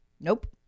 Nope